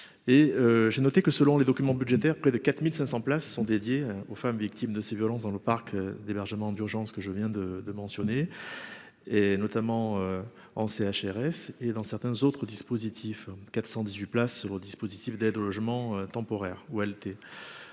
et j'ai noté que, selon les documents budgétaires près de 4500 places sont dédiées aux femmes victimes de ces violences dans le parc d'hébergement d'urgence que je viens de de mentionner, et notamment en CHRS et dans certains autres dispositifs 418 places, le dispositif d'aide au logement temporaire ou elle